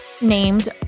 named